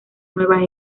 nueva